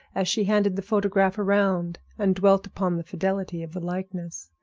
as she handed the photograph around and dwelt upon the fidelity of the likeness.